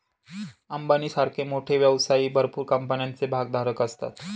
अंबानी सारखे मोठे व्यवसायी भरपूर कंपन्यांचे भागधारक असतात